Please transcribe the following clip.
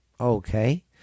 Okay